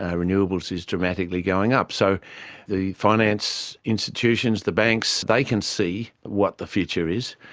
ah renewables is dramatically going up. so the finance institutions, the banks, they can see what the future is,